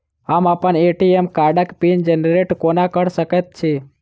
हम अप्पन ए.टी.एम कार्डक पिन जेनरेट कोना कऽ सकैत छी?